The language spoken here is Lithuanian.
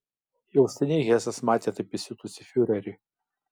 jau seniai hesas matė taip įsiutusį fiurerį